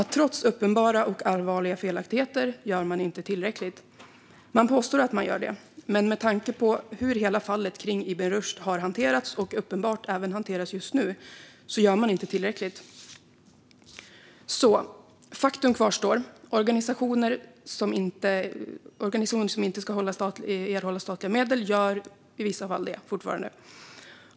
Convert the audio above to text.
Trots uppenbara och allvarliga felaktigheter gör man inte tillräckligt. Man påstår att man gör det, men med tanke på hur hela fallet kring Ibn Rushd har hanterats och uppenbart även hanteras just nu gör man inte tillräckligt. Faktum kvarstår: Organisationer som inte ska erhålla statliga medel gör i vissa fall det fortfarande.